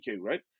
right